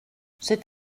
c’est